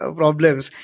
problems